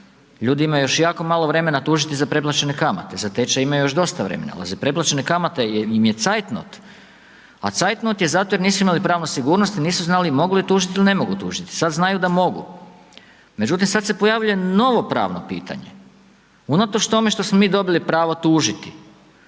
Ljudi imaju još jako malo tužiti za preplaćene kamate, za tečaj imaju još dosta vremena, ali za preplaćene kamate im je zetinot, a zeitnot je zato jer nisu imali pravnu sigurnost, nisu znali mogu li tužiti ili ne mogu tužiti. Sada znaju da mogu. Međutim, sada se pojavljuje novo pravno pitanje. Unatoč tome što smo mi dobili pravo tužiti,